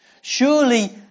Surely